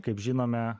kaip žinome